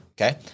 Okay